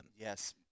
Yes